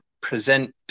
present